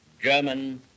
German